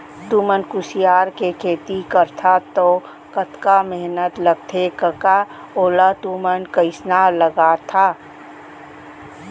तुमन कुसियार के खेती करथा तौ कतका मेहनत लगथे कका ओला तुमन कइसना लगाथा